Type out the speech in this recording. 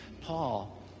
Paul